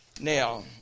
Now